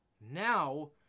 Now